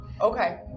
Okay